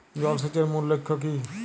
জল সেচের মূল লক্ষ্য কী?